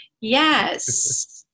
Yes